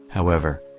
however.